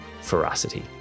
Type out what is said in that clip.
ferocity